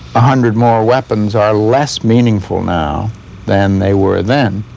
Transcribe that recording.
a hundred more weapons are less meaningful now than they were then.